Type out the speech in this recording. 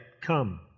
come